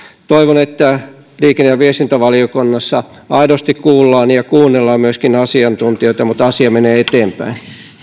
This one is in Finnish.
toivon että liikenne ja viestintävaliokunnassa aidosti kuullaan ja myöskin kuunnellaan asiantuntijoita mutta asia menee eteenpäin